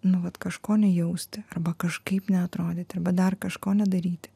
nu vat kažko nejausti arba kažkaip neatrodyti arba dar kažko nedaryti